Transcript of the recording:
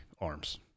arms